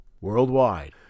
worldwide